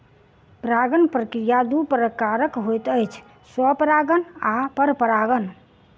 परागण प्रक्रिया दू प्रकारक होइत अछि, स्वपरागण आ परपरागण